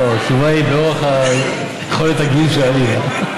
לא, התשובה היא באורך יכולת הגיוס של עליזה.